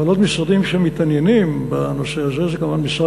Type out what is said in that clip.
אבל עוד משרדים שמתעניינים בנושא הזה הם כמובן משרד